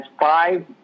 five